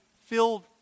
filled